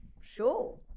Sure